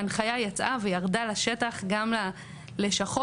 הנחיה יצאה וירדה לשטח, גם ללשכות.